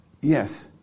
Yes